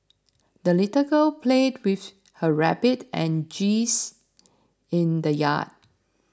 the little girl played with her rabbit and geese in the yard